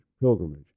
Pilgrimage